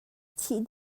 chih